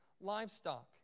livestock